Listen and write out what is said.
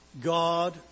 God